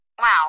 Wow